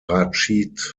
rachid